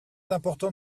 important